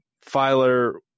filer